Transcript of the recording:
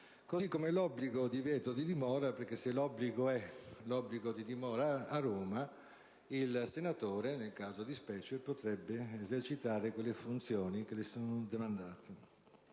e l'obbligo o il divieto di dimora, perché se l'obbligo di dimora è a Roma, il senatore, nel caso di specie, potrebbe esercitare quelle funzioni che gli sono demandate.